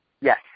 Yes